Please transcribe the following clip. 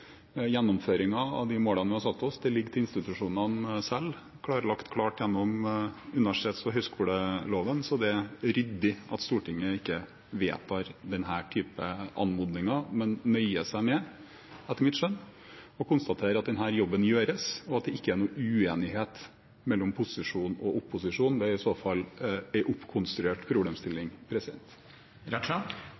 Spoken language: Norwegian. av de målene vi har satt oss, ligger til institusjonene selv, klarlagt klart gjennom universitets- og høgskoleloven. Det er ryddig at Stortinget ikke vedtar denne type anmodninger, men nøyer seg med – etter mitt skjønn – å konstatere at denne jobben gjøres. Det er ikke noen uenighet mellom posisjon og opposisjon. Det er i så fall en oppkonstruert